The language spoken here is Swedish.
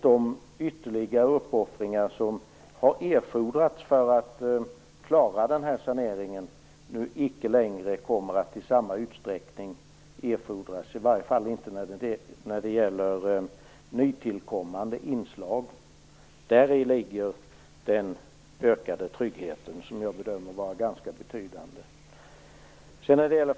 De ytterligare uppoffringar som har erfordrats för att klara den här saneringen kommer inte längre att erfordras i samma utsträckning, i alla fall inte när det gäller nytillkommande inslag. Däri ligger den ökade tryggheten, som jag bedömer vara ganska betydande.